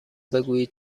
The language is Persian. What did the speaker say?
بگویید